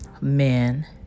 men